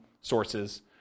sources